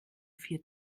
vier